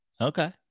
Okay